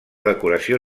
decoració